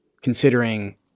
considering